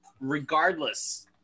regardless